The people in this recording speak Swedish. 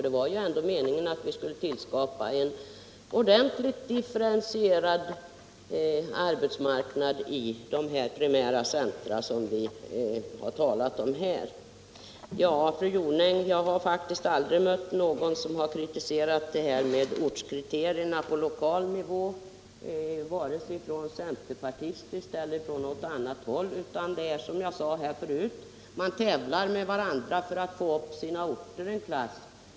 Det var nämligen meningen att vi skulle tillskapa en ordentligt differentierad arbetsmarknad i de primära centra som vi har talat om här. Jag har faktiskt aldrig, fru Jonäng, mött någon som har kritiserat ortskriterierna på lokal nivå vare sig från centerpartistiskt eller annat håll, utan man tävlar — som jag sade förut — med varandra för att få upp sina orter en klass.